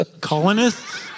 Colonists